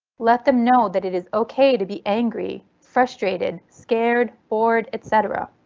let them know that it is ok to be angry, frustrated, scared, bored etc.